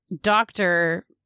doctor